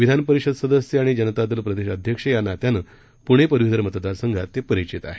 विधानपरिषद सदस्य आणि जनता दल प्रदेश अध्यक्ष या नात्याने पूणे पदवीधर मतदारसंघात परिचित आहेत